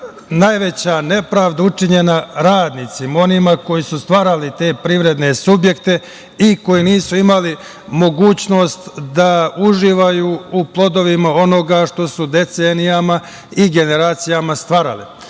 najveća nepravda učinjena radnicima, onima koji su stvarali te privredne subjekte i koji nisu imali mogućnost da uživaju u plodovima onoga što su decenijama i generacijama stvarali. Tadašnje